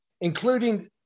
including